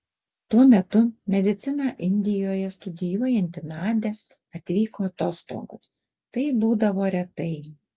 tuo metu mediciną indijoje studijuojanti nadia atvyko atostogų tai būdavo retai